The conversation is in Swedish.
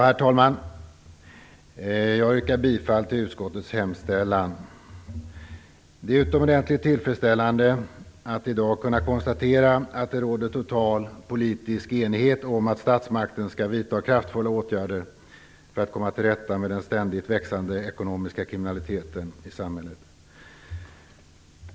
Herr talman! Jag yrkar bifall till utskottets hemställan. Det är utomordentligt tillfredsställande att i dag kunna konstatera att det råder total politisk enighet om att statsmakten skall vidta kraftfulla åtgärder för att komma till rätta med den ständigt växande ekonomiska kriminaliteten i samhället.